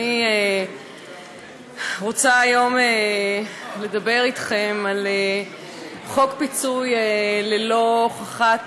אני רוצה היום לדבר איתכם על חוק פיצוי ללא הוכחת